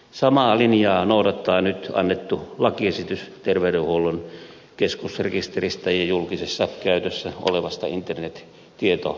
samaa linjaa noudattaa nyt annettu lakiesitys terveydenhuollon keskusrekisteristä ja julkisessa käytössä olevasta internettietopalvelusta